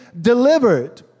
delivered